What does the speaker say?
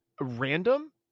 random